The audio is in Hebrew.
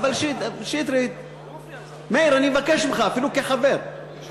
מאיר, אני מבקש ממך, אפילו כחבר.